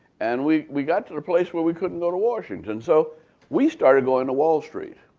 and we we got to the place where we couldn't go to washington. so we started going to wall street.